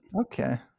Okay